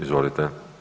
Izvolite.